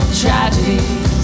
tragedies